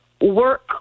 work